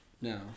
No